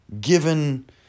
given